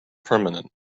permanent